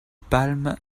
palmes